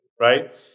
right